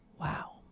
Wow